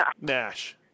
Nash